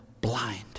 blind